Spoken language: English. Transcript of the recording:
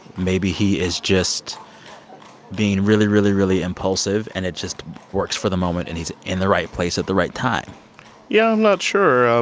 maybe he is just being really, really, really impulsive, and it just works for the moment and he's in the right place at the right time yeah. i'm not sure. ah